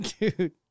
Dude